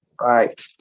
Right